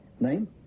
Name